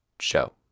show